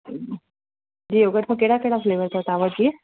yogurt में कहिड़ा कहिड़ा फ्लेवर अथव तव्हां वटि भैया